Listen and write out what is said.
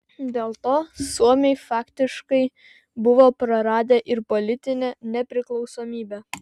dėl to suomiai faktiškai buvo praradę ir politinę nepriklausomybę